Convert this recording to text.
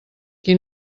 qui